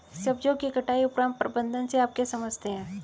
सब्जियों की कटाई उपरांत प्रबंधन से आप क्या समझते हैं?